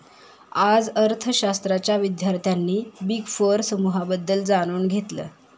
आज अर्थशास्त्राच्या विद्यार्थ्यांनी बिग फोर समूहाबद्दल जाणून घेतलं